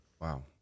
Wow